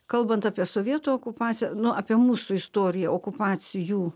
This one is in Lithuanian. kalbant apie sovietų okupaciją nu apie mūsų istoriją okupacijų